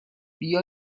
بیا